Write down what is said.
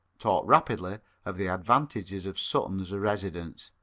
talked rapidly of the advantages of sutton as a residence.